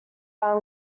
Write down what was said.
are